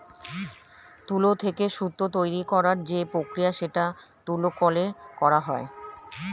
তুলো থেকে সুতো তৈরী করার যে প্রক্রিয়া সেটা তুলো কলে করা হয়